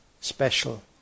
special